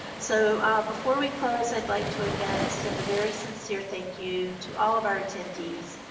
so before we close, i'd like to again extend a very sincere thank you to all of our attendees.